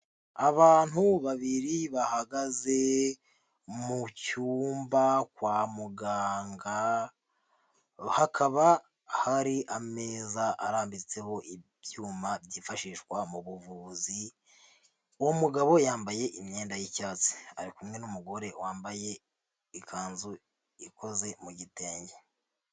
Abantu babiri bahagaze mu cyumba kwa muganga, hakaba hari ameza arambitseho ibyuma byifashishwa mu buvuzi, uwo mugabo yambaye imyenda y'icyatsi ari kumwe n'umugore wambaye ikanzu ikoze mu gitenge.